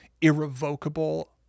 irrevocable